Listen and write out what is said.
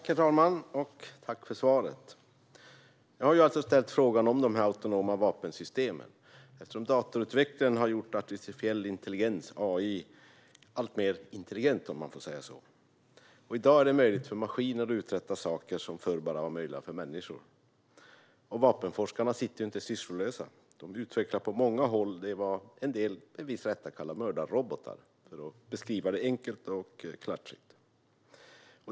Herr talman! Tack för svaret! Jag har alltså ställt frågan om dessa autonoma vapensystem. Datorutvecklingen har gjort artificiell intelligens, AI, alltmer intelligent, om man får säga så. I dag är det möjligt för maskiner att uträtta saker som förr bara var möjliga för människor. Vapenforskarna sitter inte sysslolösa. De utvecklar på många håll vad en del, med viss rätt, kallar mördarrobotar, för att beskriva det enkelt och klatschigt.